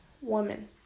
woman